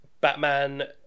Batman